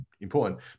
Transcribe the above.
important